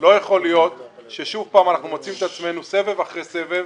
לא יכול להיות ששוב אנחנו מוצאים את עצמנו סבב אחרי סבב